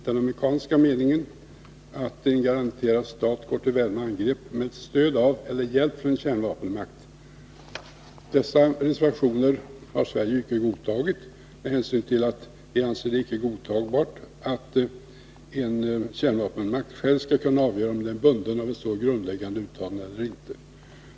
Den amerikanska formuleringen gäller om en garanterad stat går till väpnat angrepp med stöd av eller med hjälp från en kärnvapenmakt. Dessa reservationer har Sverige icke godtagit med hänsyn till att vi icke anser det godtagbart att en kärnvapenmakt själv skall kunna avgöra, om den är bunden av ett så grundläggande åtagande eller inte.